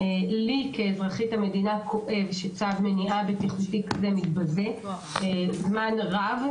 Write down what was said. לי כאזרחית המדינה כואב שצו מניעה בטיחותי כזה מתבזה זמן רב,